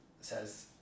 says